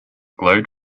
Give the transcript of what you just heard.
glowed